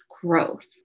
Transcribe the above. growth